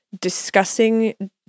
discussing